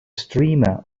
streamer